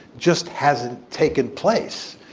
just hasn't taken place.